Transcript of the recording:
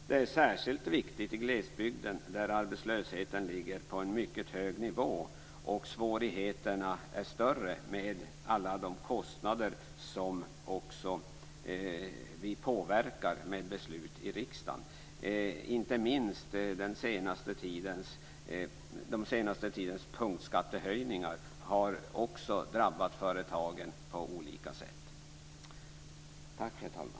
Det är särskilt viktigt i glesbygden där arbetslösheten ligger på en mycket hög nivå och svårigheterna är större med alla de kostnader som också vi påverkar med beslut i riksdagen. Inte minst den senaste tidens punktskattehöjningar har drabbat företagen på olika sätt. Tack, herr talman!